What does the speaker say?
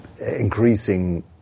increasing